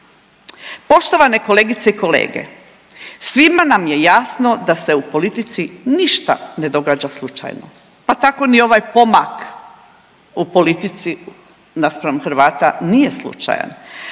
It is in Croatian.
Poštovane kolegice i kolege, svima nam je jasno da se u politici ništa ne događa slučajno, pa tako ni ovaj pomak u politici naspram Hrvata nije slučajan,